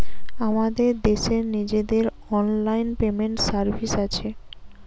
আমাদের দেশের নিজেদের অনলাইন পেমেন্ট সার্ভিস আছে